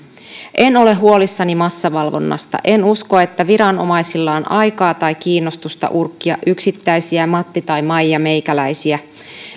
en ole huolissani massavalvonnasta en usko että viranomaisilla on aikaa tai kiinnostusta urkkia yksittäisiä matti tai maijameikäläisiä